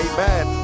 Amen